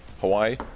Hawaii